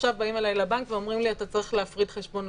ועכשיו באים אליי מהבנק ואומרים לי: אתה צריך להפריד חשבון.